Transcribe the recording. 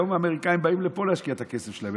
היום האמריקאים באים לפה להשקיע את הכסף שלהם.